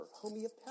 homeopathic